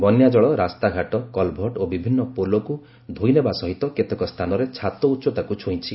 ବନ୍ୟାଜଳ ରାସ୍ତାଘାଟ କଲ୍ଭର୍ଟ ଓ ବିଭିନ୍ନ ପୋଲକ୍ ଧୋଇନେବା ସହିତ କେତେକ ସ୍ଥାନରେ ଛାତ ଉଚ୍ଚତାକୁ ଛୁଇଁଛି